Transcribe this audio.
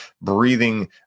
breathing